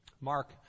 Mark